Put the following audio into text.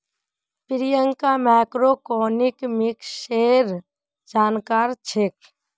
प्रियंका मैक्रोइकॉनॉमिक्सेर जानकार छेक्